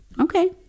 Okay